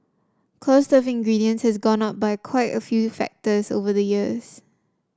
cost of ingredients has gone up by quite a few factors over the years